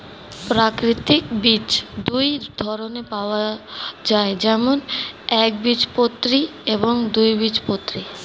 প্রাকৃতিক বীজ দুই ধরনের পাওয়া যায়, যেমন একবীজপত্রী এবং দুই বীজপত্রী